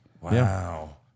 Wow